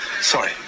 Sorry